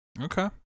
Okay